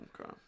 Okay